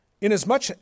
Inasmuch